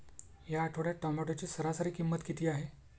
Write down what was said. या आठवड्यात टोमॅटोची सरासरी किंमत किती आहे?